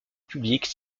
publique